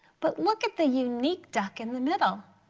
but look at the unique duck in the middle.